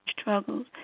struggles